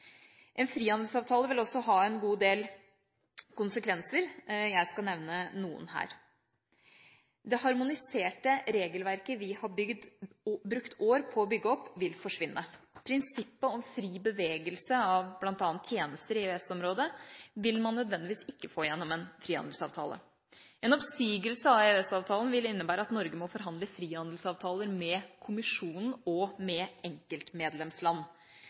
En frihandelsavtale vil også ha en god del konsekvenser, og jeg skal nevne noen her. Det harmoniserte regelverket vi har brukt år på å bygge opp, vil forsvinne. Prinsippet om fri bevegelse av bl.a. tjenester i EØS-området vil man ikke nødvendigvis få gjennom en frihandelsavtale. En oppsigelse av EØS-avtalen vil innebære at Norge må forhandle frihandelsavtaler med kommisjonen og med enkeltmedlemsland.